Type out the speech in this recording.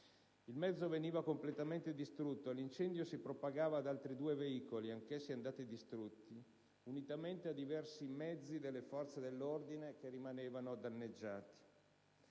Il mezzo veniva completamente distrutto e l'incendio si propagava ad altri due veicoli, anch'essi andati distrutti, unitamente a diversi mezzi delle forze dell'ordine, che rimanevano danneggiati.